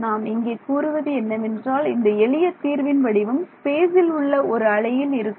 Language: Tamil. நான் இங்கே கூறுவது என்னவென்றால் இந்த எளிய தீர்வின் வடிவம் ஸ்பேஸ் இல் உள்ள ஒரு அலையில் இருக்கும்